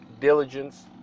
diligence